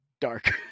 dark